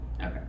okay